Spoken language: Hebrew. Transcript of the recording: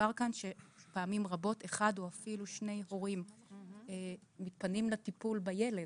הוזכר כאן שפעמים רבות אחד או אפילו שני ההורים מתפנים לטיפול בילד